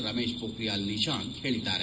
ರಮೇಶ್ ಮೋಖಿಯಾಲ್ ನಿಶಾಂಕ್ ಹೇಳಿದ್ದಾರೆ